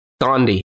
Gandhi